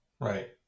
Right